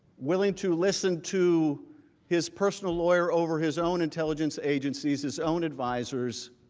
willing to listen to his personal lawyer over his own intelligence agencies, his own advisors,